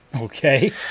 Okay